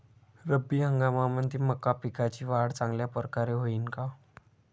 रब्बी हंगामामंदी मका पिकाची वाढ चांगल्या परकारे होईन का?